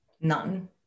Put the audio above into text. None